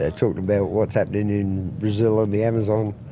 they talked about what's happening in brazil and the amazon.